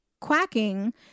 quacking